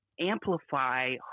amplify